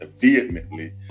vehemently